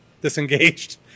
disengaged